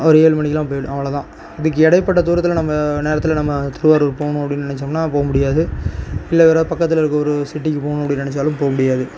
ஒரு ஏழு மணிக்குலாம் போய்விடும் அவ்ளோ தான் இதுக்கு இடைப்பட்ட தூரத்தில் நம்ம நேரத்தில் நம்ம திருவாரூர் போகணும் அப்படின் நினச்சோம்னா போ முடியாது இல்லை யாராவது பக்கத்தில் இருக்க ஒரு சிட்டிக்கு போகணும் அப்படின்னு நினச்சாலும் போக முடியாது